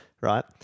right